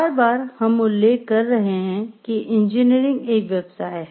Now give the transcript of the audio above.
बार बार हम उल्लेख कर रहे हैं कि इंजीनियरिंग एक व्यवसाय है